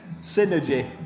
synergy